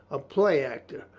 a play actor,